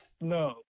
No